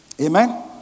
Amen